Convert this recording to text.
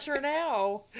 now